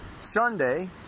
Sunday